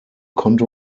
konnte